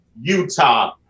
Utah